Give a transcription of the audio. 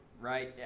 right